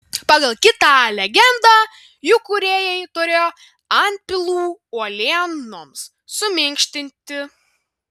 pagal kitą legendą jų kūrėjai turėjo antpilų uolienoms suminkštinti